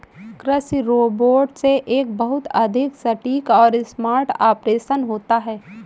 कृषि रोबोट से एक बहुत अधिक सटीक और स्मार्ट ऑपरेशन होता है